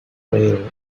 rail